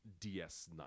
DS9